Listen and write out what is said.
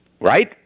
Right